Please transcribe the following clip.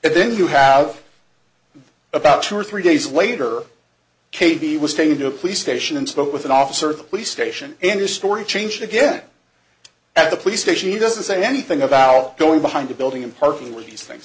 it then you have about two or three days later katie was taken to a police station and spoke with an officer of the police station and a story changed again at the police station he doesn't say anything about going behind a building in parking were these things